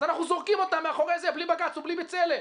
אז אנחנו זורקים אותם בלי בג"ץ ובלי בצלם.